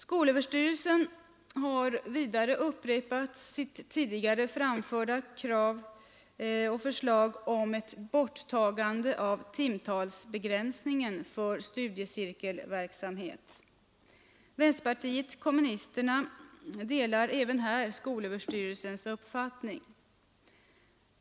Skolöverstyrelsen har vidare upprepat sitt tidigare framförda förslag om ett borttagande av timtalsbegränsningen för studiecirkelverksamhet. Vänsterpartiet kommunisterna delar även här skolöverstyrelsens uppfattning.